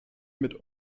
mit